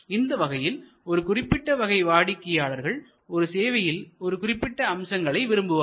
இந்த வகையில் ஒரு குறிப்பிட்ட வகை வாடிக்கையாளர்கள் ஒரு சேவையில் சில குறிப்பிட்ட அம்சங்களை விரும்புவார்கள்